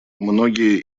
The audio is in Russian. многие